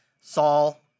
Saul